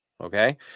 okay